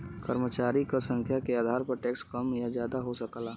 कर्मचारी क संख्या के आधार पर टैक्स कम या जादा हो सकला